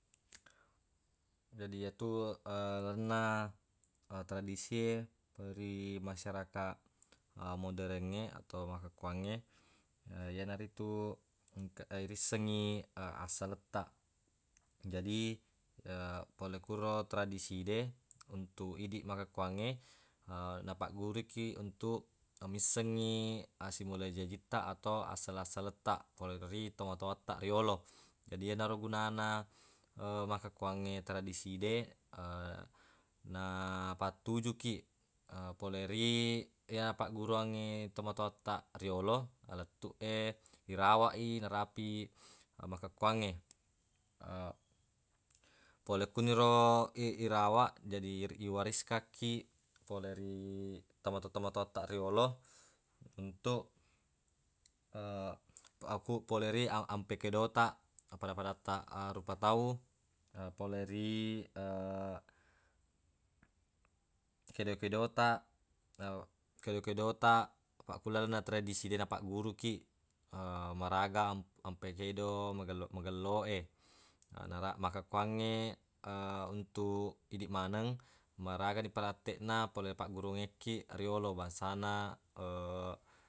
Jadi yetu lalenna tradisie ri masyarakaq moderengnge atau makkukuangnge yenaritu engka- irissengngi assalettaq. Jadi pole kuro tradiside untuq idiq makkukuangnge na napaggurukiq untuq missengngi asimula jajittaq atau asa-asalettaq ri tomatowattaq ri yolo. Jadi yenaro gunana makkukuangnge tradiside na pattuju kiq pole ri ya pagguruangnge tomatowattaq riyolo alettuq e irawaq i narapi makkukuangnge. Pole kuniro i- irawaq jadi iwariskakkiq pole ri tomatowa-tomatowattaq riyolo untuq akku pole ri a ampe kedo taq pada-padattaq rupa tau pole ri kedo-kedotaq na- kedo-kedotaq afaq ku lalenna tradiside napaggurukiq maraga am- ampe kedo magello- magelloe nara makkukuangnge untuq idiq maneng maraga iperatteqna pole paggurungekkiq riyolo bangsana.